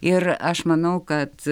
ir aš manau kad